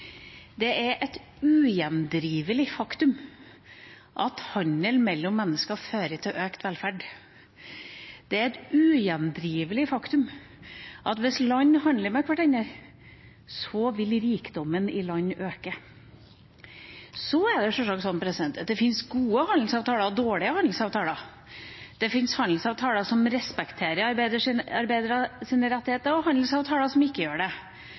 Det er et ugjendrivelig faktum at handel mellom mennesker fører til økt velferd. Det er et ugjendrivelig faktum at hvis land handler med hverandre, vil rikdommen i land øke. Det finnes sjølsagt gode handelsavtaler og dårlige handelsavtaler. Det finnes handelsavtaler som respekterer arbeidernes rettigheter, og det finnes handelsavtaler som ikke gjør det.